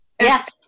Yes